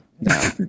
No